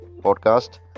podcast